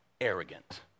arrogant